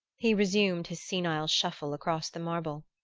he resumed his senile shuffle across the marble.